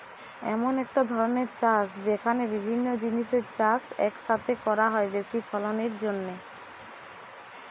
এমন একটা ধরণের চাষ যেখানে বিভিন্ন জিনিসের চাষ এক সাথে করা হয় বেশি ফলনের জন্যে